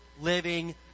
living